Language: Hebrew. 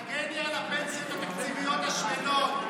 תגני על הפנסיות התקציביות השמנות.